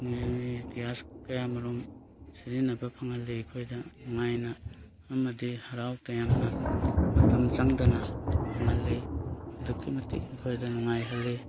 gas ꯀꯌꯥꯃꯔꯨꯝ ꯁꯤꯖꯤꯟꯅꯕ ꯐꯪꯍꯜꯂꯤ ꯑꯩꯈꯣꯏꯗ ꯅꯨꯡꯉꯥꯏꯅ ꯑꯃꯗꯤ ꯍꯔꯥꯎ ꯇꯌꯥꯝꯅ ꯃꯇꯝ ꯆꯪꯗꯅ ꯐꯪꯍꯜꯂꯤ ꯑꯗꯨꯛꯀꯤ ꯃꯇꯤꯛ ꯑꯩꯈꯣꯏꯗ ꯅꯨꯡꯉꯥꯏꯍꯜꯂꯤ